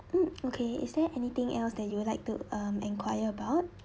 mm okay is there anything else that you would like to um enquire about